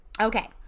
Okay